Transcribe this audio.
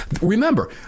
Remember